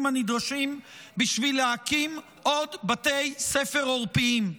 הנדרשים בשביל להקים עוד בתי ספר עורפיים,